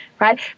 right